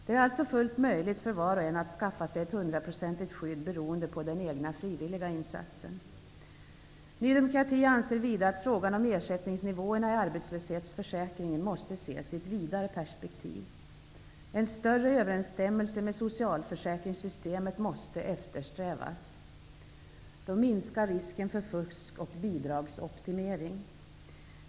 Det är alltså fullt möjligt för var och en att skaffa sig ett hundraprocentigt skydd, beroende på den egna frivilliga insatsen. Ny demokrati anser vidare att frågan om ersättningsnivåerna i arbetslöshetsförsäkringen måste ses i ett vidare perspektiv. En större överensstämmelse med socialförsäkringssystemet måste eftersträvas. Då minskar risken för fusk och ''bidragsoptimering''.